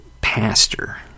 pastor